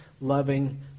loving